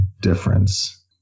difference